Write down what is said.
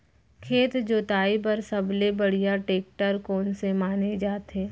खेत जोताई बर सबले बढ़िया टेकटर कोन से माने जाथे?